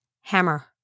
Hammer